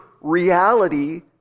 reality